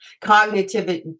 Cognitive